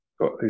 Got